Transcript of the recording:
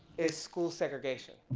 is school segregation,